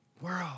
world